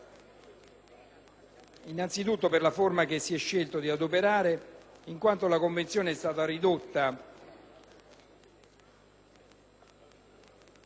Innanzitutto, per la forma che si è scelto di adoperare, in quanto la Convenzione è stata redatta